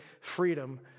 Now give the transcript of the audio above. freedom